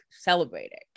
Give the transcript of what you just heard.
celebrating